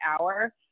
hour